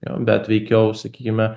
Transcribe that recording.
jo bet veikiau sakykime